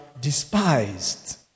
despised